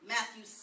Matthew